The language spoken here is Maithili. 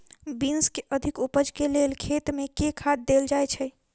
बीन्स केँ अधिक उपज केँ लेल खेत मे केँ खाद देल जाए छैय?